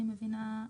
אני מבינה,